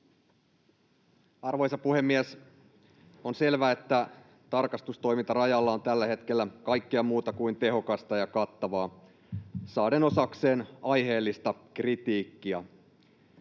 Arvoisa puhemies! On selvää, että tarkastustoiminta rajalla on tällä hetkellä kaikkea muuta kuin tehokasta ja kattavaa saaden osakseen aiheellista kritiikkiä.